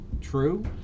true